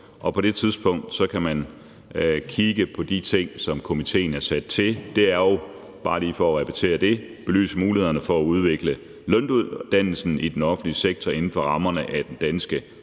og på det tidspunkt kan man kigge på de ting, som komitéen er sat til. Det er jo – bare lige for at repetere det – at belyse mulighederne for at udvikle løndannelsen i den offentlige sektor inden for rammerne af den danske